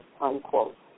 unquote